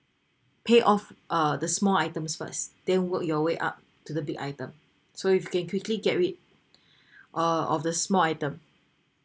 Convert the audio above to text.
pay off uh the small items first then work your way up to the big item so if can quickly get rid uh of the small items